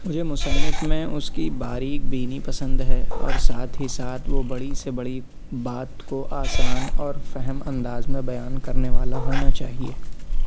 مجھے مصنف میں اُس کی باریک بینی پسند ہے اور ساتھ ہی ساتھ وہ بڑی سے بڑی بات کو آسان اور فہم انداز میں بیان کرنے والا ہونا چاہیے